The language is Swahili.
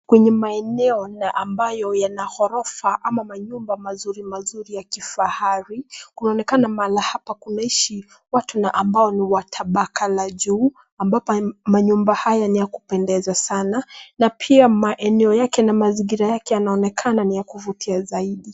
Kwenye maeneo na ambayo yana maghorofa ama manyumba mazurimazuri ya kifahari kuonekana mahali hapa panaishi watu ambao ni wa tabaka la juu ambapo manyumba haya ni ya kupendeza sana na pia maeneo yake na mazingira yake yanaonekana ni ya kuvutia zaidi.